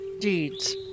deeds